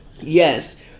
yes